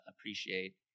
appreciate